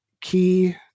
key